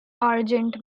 argent